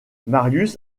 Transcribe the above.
marius